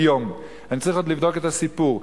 אני עוד צריך לבדוק את הסיפור,